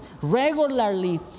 regularly